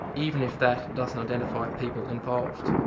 even if that doesn't identify people involved.